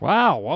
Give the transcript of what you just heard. Wow